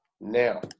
now